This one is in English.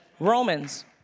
Romans